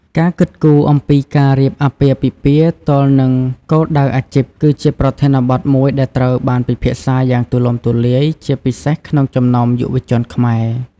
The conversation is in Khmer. ការគិតគូរអំពីការរៀបអាពាហ៍ពិពាហ៍ទល់នឹងគោលដៅអាជីព គឺជាប្រធានបទមួយដែលត្រូវបានពិភាក្សាយ៉ាងទូលំទូលាយ ជាពិសេសក្នុងចំណោមយុវជនខ្មែរ។